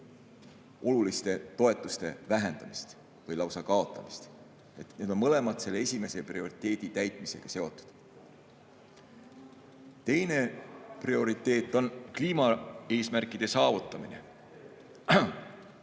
oluliste toetuste vähendamist või lausa kaotamist. Need on mõlemad selle esimese prioriteedi täitmisega seotud. Teine prioriteet on kliimaeesmärkide saavutamine.